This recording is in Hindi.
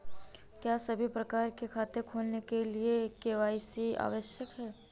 क्या सभी प्रकार के खाते खोलने के लिए के.वाई.सी आवश्यक है?